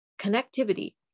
connectivity